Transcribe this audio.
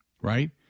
right